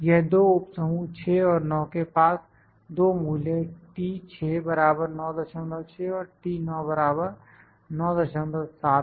यह दो उप समूह 6 और 9 के पास दो मूल्य T6 96 और T9 97 हैं